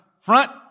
front